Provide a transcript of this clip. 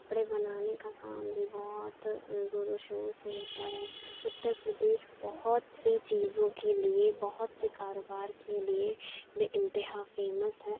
کپڑے بنانے کا کام بھی بہت زور و شور سے ہوتا ہے اتر پردیش بہت سی چیزوں کے لیے بہت سے کاروبار کے لیے بےانتہا فیمس ہے